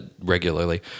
regularly